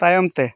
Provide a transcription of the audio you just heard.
ᱛᱟᱭᱚᱢ ᱛᱮ